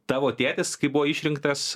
tavo tėtis kai buvo išrinktas